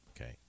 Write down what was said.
Okay